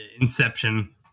inception